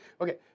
Okay